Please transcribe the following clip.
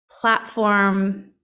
platform